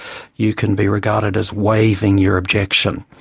you can be regarded as waiving your objection.